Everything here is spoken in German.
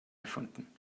gefunden